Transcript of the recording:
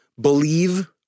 believe